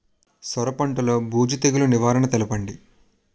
సొర పంటలో బూజు తెగులు నివారణ తెలపండి?